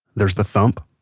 there's the thump,